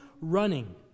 running